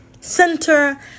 Center